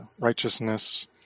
righteousness